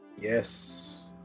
Yes